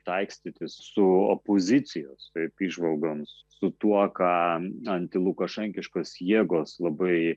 taikstytis su opozicijos taip įžvalgomis su tuo ką antilukašenkiškos jėgos labai